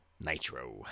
Nitro